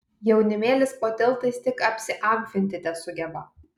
jaunimėlis po tiltais tik apsiamfinti tesugeba